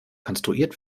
konstruiert